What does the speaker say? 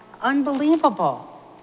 unbelievable